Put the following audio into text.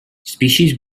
species